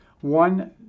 one